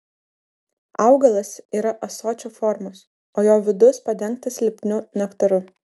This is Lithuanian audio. augalas yra ąsočio formos o jo vidus padengtas lipniu nektaru